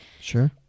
Sure